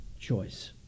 choice